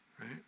right